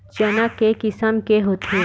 चना के किसम के होथे?